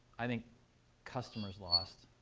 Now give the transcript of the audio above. i think customers lost.